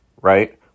right